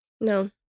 No